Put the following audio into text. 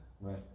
Right